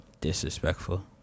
Disrespectful